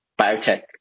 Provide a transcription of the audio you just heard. biotech